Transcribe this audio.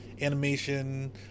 animation